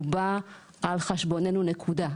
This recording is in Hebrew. הוא בא על חשבוננו נקודה.